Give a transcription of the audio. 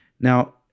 Now